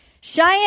Cheyenne